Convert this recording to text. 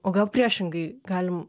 o gal priešingai galim